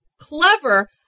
clever